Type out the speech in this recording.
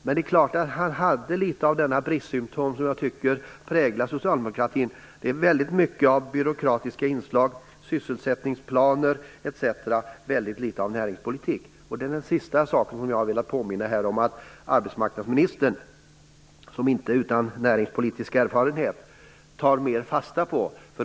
Men han hade litet grand av det bristsymtom som jag tycker präglar Socialdemokraterna. Det är väldigt mycket av byråkratiska inslag, sysselsättningsplaner, etc. och väldigt litet av näringspolitik. Det är den sista sak som jag här vill påminna om. Arbetsmarknadsministern, som inte är utan näringspolitisk erfarenhet, bör ta mer fasta på detta.